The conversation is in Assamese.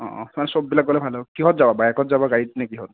কাৰণ সববিলাক গ'লে ভাল হ'ব কিহত যাবা বাইকত যাবা গাড়ীতনে কিহত